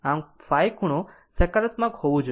આમ ϕ ખૂણો સકારાત્મક હોવું જોઈએ